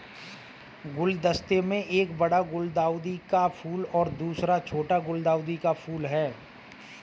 गुलदस्ते में एक बड़ा गुलदाउदी का फूल और दूसरा छोटा गुलदाउदी का फूल है